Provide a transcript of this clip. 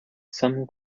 some